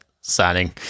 signing